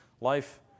Life